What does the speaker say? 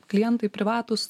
klientai privatūs